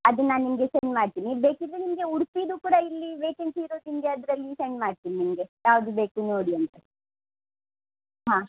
ಅದು ನಾನು ನಿಮಗೆ ಸೆಂಡ್ ಮಾಡ್ತೀನಿ ಬೇಕಿದ್ದರೆ ನಿಮಗೆ ಉಡುಪಿದು ಕೂಡ ಇಲ್ಲಿ ವೇಕೆನ್ಸಿ ಇರೋದು ನಿಮಗೆ ಅದರಲ್ಲಿ ಸೆಂಡ್ ಮಾಡ್ತೀನಿ ನಿಮಗೆ ಯಾವ್ದು ಬೇಕು ನೋಡಿ ಅಂತೆ ಹಾಂ